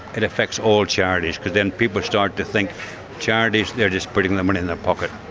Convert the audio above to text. it affects all charities, because then people start to think charities, they're just putting the money in their pocket.